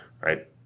right